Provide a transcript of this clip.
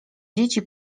dzieci